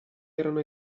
erano